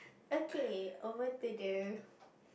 okay over to the